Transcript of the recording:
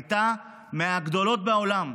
הייתה מהגדולות בעולם.